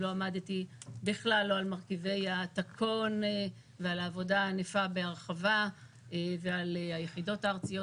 לא עמדתי בכלל על העבודה הענפה בהרחבה ועל היחידות הארציות